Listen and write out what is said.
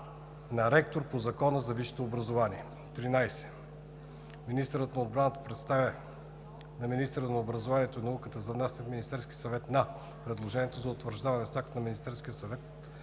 на ректор по Закона за висшето образование. 13. Министърът на отбраната представя на министъра на образованието и науката за внасяне в Министерския съвет на предложението за утвърждаване с акт на Министерския съвет